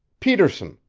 peterson!